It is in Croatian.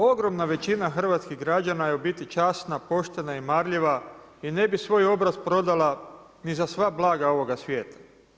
Ogromna većina hrvatskih građana je u biti časna, poštena i marljiva i ne bi svoj obraz prodala ni za sva blaga ovoga svijeta.